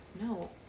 no